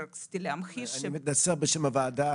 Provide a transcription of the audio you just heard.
רציתי להמחיש --- אני מתנצל בשם הוועדה,